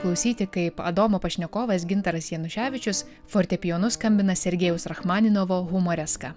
klausyti kaip adomo pašnekovas gintaras januševičius fortepijonu skambina sergejaus rachmaninovo humoreską